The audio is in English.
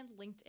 LinkedIn